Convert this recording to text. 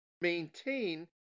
Maintain